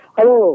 Hello